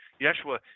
Yeshua